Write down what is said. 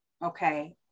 Okay